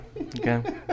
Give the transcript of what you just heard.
Okay